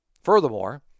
Furthermore